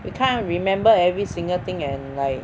we can't remember every single thing and like